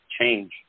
change